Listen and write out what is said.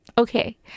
Okay